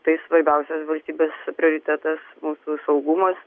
tai svarbiausias valstybės prioritetas mūsų saugumas